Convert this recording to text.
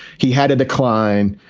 he had a decline.